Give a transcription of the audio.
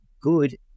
good